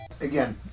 Again